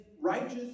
righteous